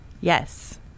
Yes